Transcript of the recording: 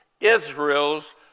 Israel's